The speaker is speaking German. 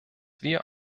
wir